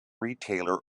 retailer